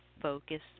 focus